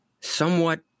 somewhat